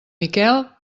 miquel